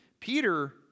Peter